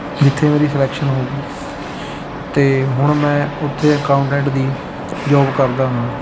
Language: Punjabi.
ਜਿੱਥੇ ਮੇਰੀ ਸਿਲੈਕਸ਼ਨ ਹੋ ਗਈ ਅਤੇ ਹੁਣ ਮੈਂ ਉੱਥੇ ਅਕਾਊਂਟੈਂਟ ਦੀ ਜੋਬ ਕਰਦਾ ਹਾਂ